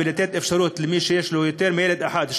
ונותן אפשרות למי שיש לו יותר מילד אחד,